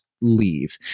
leave